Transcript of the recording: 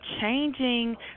Changing